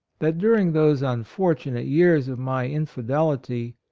that during those unfortunate years of my infidelity,